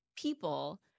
people